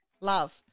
Love